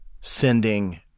sending